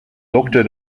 doktor